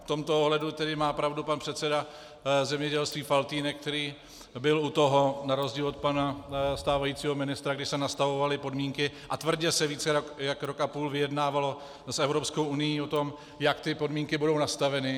V tomto ohledu má tedy pravdu pan předseda zemědělství Faltýnek, který byl u toho na rozdíl od pana stávajícího ministra, kdy se nastavovaly podmínky a tvrdě se více jak rok a půl vyjednávalo s Evropskou unií o tom, jak ty podmínky budou nastaveny.